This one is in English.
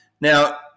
Now